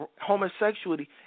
Homosexuality